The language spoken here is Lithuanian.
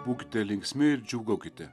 būkite linksmi ir džiūgaukite